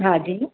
हा जी